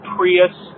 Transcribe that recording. Prius